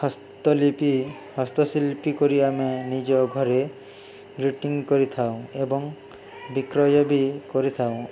ହସ୍ତଲିପି ହସ୍ତଶିଲ୍ପୀ କରି ଆମେ ନିଜ ଘରେ ଗ୍ରୀିଟିଂ କରିଥାଉ ଏବଂ ବିକ୍ରୟ ବି କରିଥାଉ